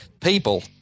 people